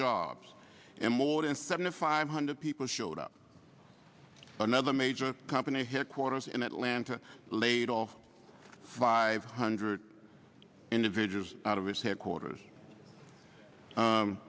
jobs and more than seventy five hundred people showed up another major company headquarters in atlanta laid all five hundred individuals out of its headquarters